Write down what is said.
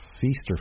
Feaster